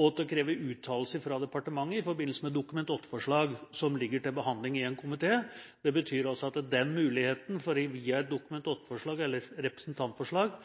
og til å kreve uttalelse fra departementet i forbindelse med Dokument 8-forslag som ligger til behandling i en komité. Det betyr også at muligheten for, via et Dokument 8-forslag eller et representantforslag,